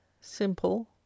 simple